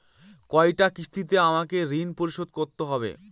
কয়টা কিস্তিতে আমাকে ঋণ পরিশোধ করতে হবে?